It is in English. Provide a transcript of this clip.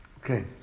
Okay